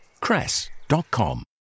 Cress.com